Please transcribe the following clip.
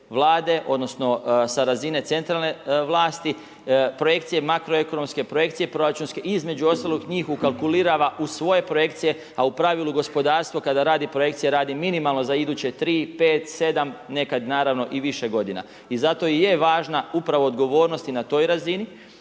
odnosno sa razine centralne vlasti projekcije makro ekonomske, projekcije proračunske i između ostalog njih ukalkulirava u svoje projekcije, a u pravilo gospodarstvo kada radi projekcije radi minimalno za iduće 3, 5, 7, nekad naravno i više godina. I zato i je važna upravo odgovornost i na toj razini